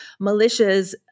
militias